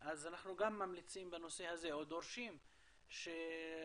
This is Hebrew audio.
אז אנחנו גם ממליצים או דורשים בנושא הזה שהמשרד